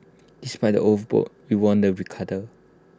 despite the old boat we won the regatta